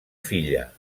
filla